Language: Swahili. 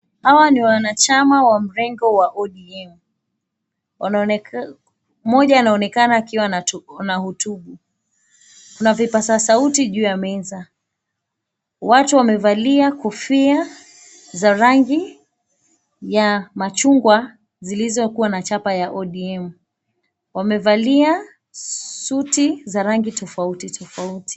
Hawa ni wanachama wa mrengo wa ODM mmoja anaonekana akiwa anahutubu, kuna vipasa sauti juu ya meza watu wamevalia kofia za rangi ya machungwa zilizokuwa na chapa ya ODM. Wamevalia suti za rangi tofauti tofauti.